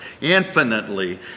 infinitely